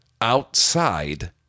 outside